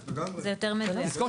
זה יותר מדויק.